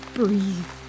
breathe